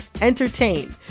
entertain